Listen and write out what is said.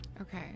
Okay